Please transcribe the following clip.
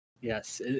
Yes